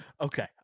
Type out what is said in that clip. Okay